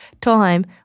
time